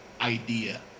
idea